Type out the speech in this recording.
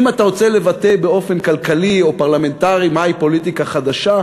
אם אתה רוצה לבטא באופן כלכלי או פרלמנטרי מהי פוליטיקה חדשה,